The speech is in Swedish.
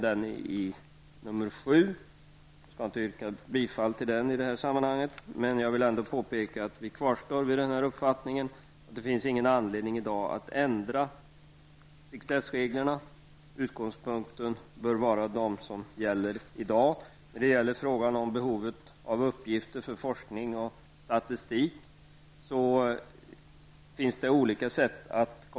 Jag skall nu inte yrka bifall till denna reservation, men vi kvarstår vid uppfattningen att det i dag inte finns någon anledning att ändra sekretessreglerna. Utgångspunkterna bör vara de som gäller i dag. Behovet av uppgifter för forskning och statistik kan tillgodoses på olika sätt.